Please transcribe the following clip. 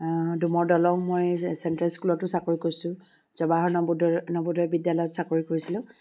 ডোমৰ দলং মই চেণ্ট্ৰেল স্কুলতো চাকৰি কৰিছোঁ জৱাহৰ নৱোদয় নৱোদয় বিদ্যালয়ত চাকৰি কৰিছিলোঁ